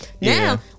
Now